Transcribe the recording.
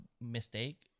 mistake